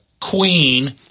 Queen